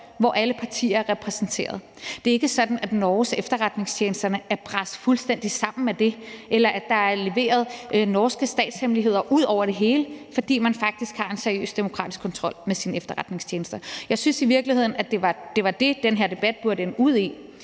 hvor alle partier er repræsenteret. Det er ikke sådan, at Norges efterretningstjenester er brast fuldstændig sammen af det, eller at der er lækket norske statshemmeligheder ud over det hele, fordi man faktisk har en seriøs demokratisk kontrol med sine efterretningstjenester. Jeg synes i virkeligheden, det var det, den her debat burde ende ud i,